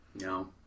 No